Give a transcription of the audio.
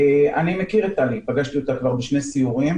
אני מכיר את טלי, פגשתי אותה כבר בשני סיורים,